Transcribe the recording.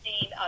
seen